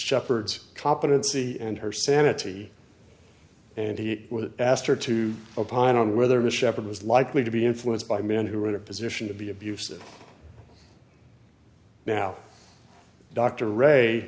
shepherd's competency and her sanity and he asked her to opine on whether the shepherd was likely to be influenced by men who were in a position to be abusive now dr ray